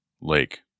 lake